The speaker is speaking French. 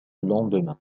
lendemain